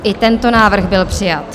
I tento návrh byl přijat.